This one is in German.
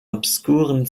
obskuren